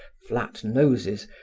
flat noses,